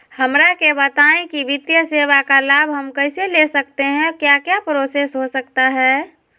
हमरा के बताइए की वित्तीय सेवा का लाभ हम कैसे ले सकते हैं क्या क्या प्रोसेस हो सकता है?